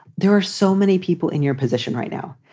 there are so many people in your position right now.